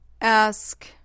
Ask